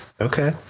Okay